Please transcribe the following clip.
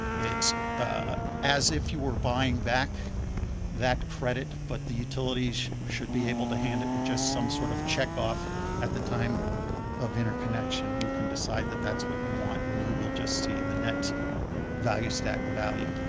it's as if you were buying back that credit but the utilities should be able to hand it with just some sort of check off at the time of interconnection, you can decide that that's what you want and you will just see the net value stack value.